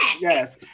Yes